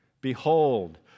Behold